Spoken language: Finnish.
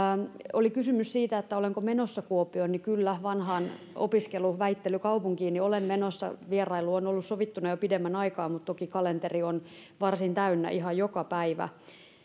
oli kysymys siitä olenko menossa kuopioon niin kyllä vanhaan opiskelu väittelykaupunkiini olen menossa vierailu on ollut sovittuna jo pidemmän aikaa mutta toki kalenteri on varsin täynnä ihan joka päivä